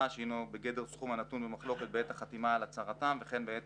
שהינו בגדר סכום הנתון במחלוקת בעת החתימה על הצהרתם וכן בעת